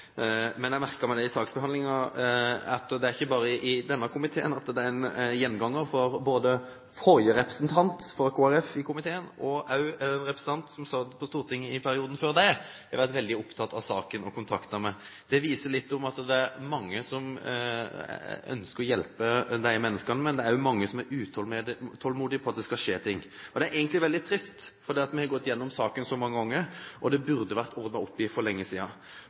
Men under saksbehandlingen merket jeg meg at det ikke bare er i denne komiteen den er en gjenganger, for både forrige representant fra Kristelig Folkeparti i komiteen og også den representanten som satt på Stortinget i perioden før det, har vært veldig opptatt av saken og kontaktet meg. Det viser at det er mange som ønsker å hjelpe de menneskene det gjelder. Det er også mange som er utålmodige etter at det skal skje ting. Men det er egentlig veldig trist, for vi har gått igjennom saken så mange ganger, og det burde vært ordnet opp i for lenge